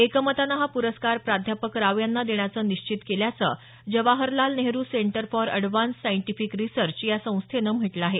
एकमतानं हा पुरस्कार प्राध्यापक राव यांना देण्याचं निश्चित केल्याचं Jawaharlal Nehru centre for advanced scientific research या संस्थेनं म्हटलं आहे